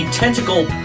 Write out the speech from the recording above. tentacle